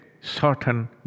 certain